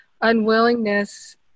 unwillingness